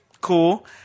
Cool